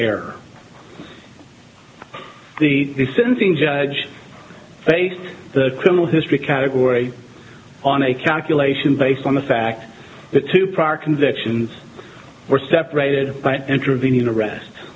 air the sentencing judge based the criminal history category on a calculation based on the fact that two prior convictions were separated by intervening arrest